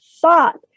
thought